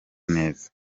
neza